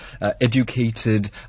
educated